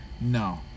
No